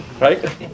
Right